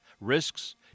risks